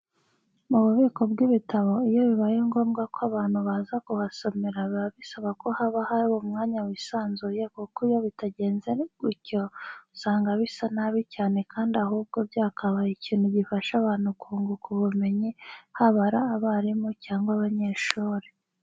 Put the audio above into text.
Mu bubiko bw'ibitabo iyo bibaye ngombwa ko abantu baza kuhasomera biba bisaba ko haba hari umwanya wisanzuye kuko iyo bitagenze gutyo usanga bisa nabi cyane kandi ahubwo byakabaye ikintu gifasha abantu kunguka ubumenyi haba abarimu cyangwa abanyeshuri.